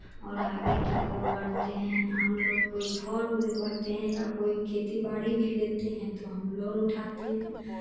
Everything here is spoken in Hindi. और आगे की और बढ़ते हैं हम लोग कोई फॉर्म भी भरते हैं या कोई खेती बाड़ी भी लेते हैं तो हम लोन उठाते हैं